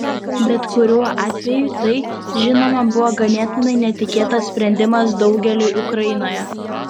bet kuriuo atveju tai žinoma buvo ganėtinai netikėtas sprendimas daugeliui ukrainoje